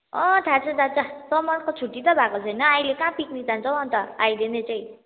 अँ थाहा छ थाहा छ समरको छुट्टी नै भएको छैन अहिले कहाँ पिकनिक जान्छ हौ अनि त अहिले नै चाहिँ